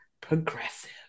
progressive